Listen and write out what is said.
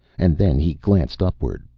and then he glanced upward,